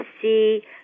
see